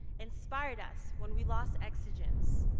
inspired us when we lost exigence,